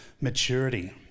maturity